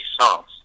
songs